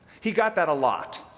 he got that a lot.